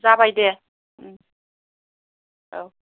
जाबाय दे औ